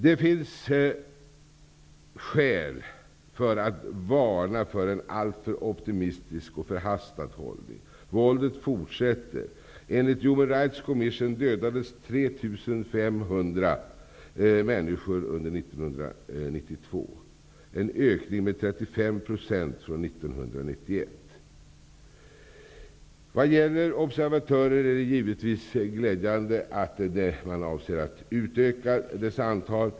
Det finns skäl att varna för en alltför optimistisk och förhastad hållning. Våldet fortsätter. Enligt människor under 1992. Det är en ökning med 35 % Det är givetvis glädjande att man avser att utöka antalet observatörer.